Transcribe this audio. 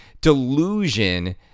delusion